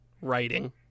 writing